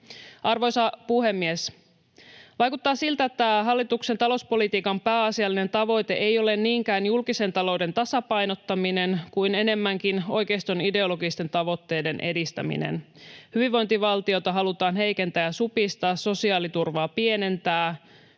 Arvoisa puhemies! Vaikuttaa siltä, että hallituksen talouspolitiikan pääasiallinen tavoite ei ole niinkään julkisen talouden tasapainottaminen kuin enemmänkin oikeiston ideologisten tavoitteiden edistäminen. Hyvinvointivaltiota halutaan heikentää ja supistaa, sosiaaliturvaa pienentää,